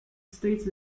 states